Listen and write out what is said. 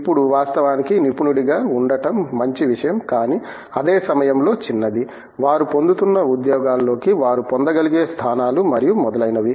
ఇప్పుడు వాస్తవానికి నిపుణుడిగా ఉండటం మంచి విషయం కానీ అదే సమయంలో చిన్నది వారు పొందుతున్న ఉద్యోగాల్లోకి వారు పొందగలిగే స్థానాలు మరియు మొదలైనవి